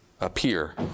Appear